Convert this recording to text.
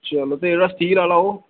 ते चलो फिर स्टील आह्ला ओह्